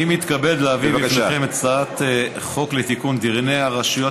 אני מתכבד להביא בפניכם את הצעת חוק לתיקון דיני הרשויות